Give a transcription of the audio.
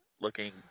Looking